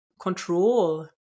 control